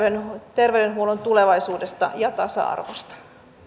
terveydenhuollon tulevaisuudesta ja tasa arvosta